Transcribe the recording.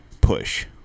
push